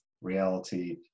reality